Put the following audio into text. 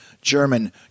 German